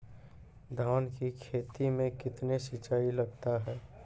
धान की खेती मे कितने सिंचाई लगता है?